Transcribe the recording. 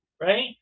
right